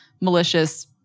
malicious